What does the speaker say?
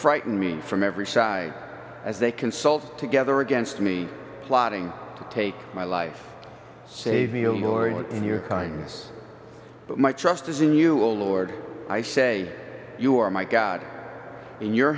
frighten me from every side as they consult together against me plotting to take my life save me oh lord in your kindness but my trust is in you a lord i say you are my god in your